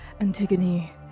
Antigone